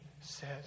says